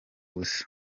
busa